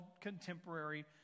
contemporary